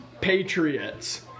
Patriots